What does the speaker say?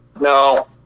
No